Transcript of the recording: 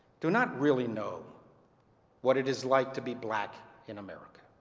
do not really know what it is like to be black in america.